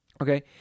Okay